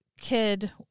Kid